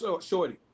shorty